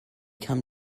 kam